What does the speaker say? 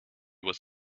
was